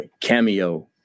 Cameo